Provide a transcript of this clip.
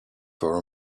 for